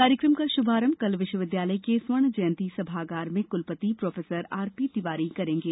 कार्यक्रम का शुभारंभ कल विश्वविद्यालय के स्वर्ण जयंती सभागार में कुलपति प्रोफेसर आर पी तिवारी करेंगे